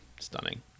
stunning